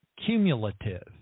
cumulative